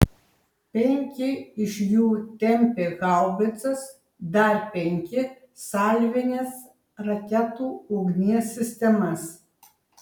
penki iš jų tempė haubicas dar penki salvinės raketų ugnies sistemas